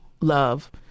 love